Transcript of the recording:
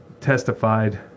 testified